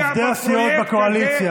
עובדי הסיעות בקואליציה,